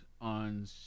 on